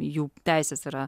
jų teisės yra